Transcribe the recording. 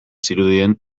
zirudien